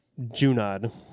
Junod